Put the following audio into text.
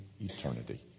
eternity